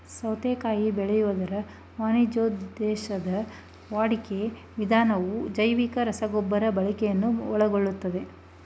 ಸೌತೆಕಾಯಿ ಬೆಳೆಯುವುದರ ವಾಣಿಜ್ಯೋದ್ದೇಶದ ವಾಡಿಕೆಯ ವಿಧಾನವು ಅಜೈವಿಕ ರಸಗೊಬ್ಬರ ಬಳಕೆಯನ್ನು ಒಳಗೊಳ್ತದೆ